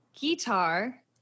guitar